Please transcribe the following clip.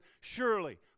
surely